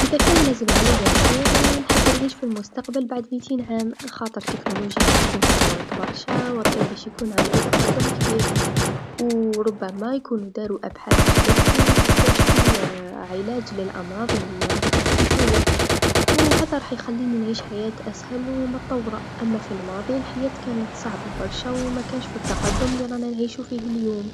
إذا كان لازم عليا نخير، نحب نعيش في المستقبل بعد ميتين عام خاطر تكون التكنولوجيا باش طورت برشا و الطب باش يكون عندو تطور كبير و ربما يكونو دارو أبحاث جدد و اكتاشفو عايلات للأمراض لراها تقتل توا و هذا راح يخليني نعيش حياة أسهل و مطوره، أما في الماضي الحياة كانت صعبه برشا و مكانش التقدم لرانا نعيشو فيه اليوم.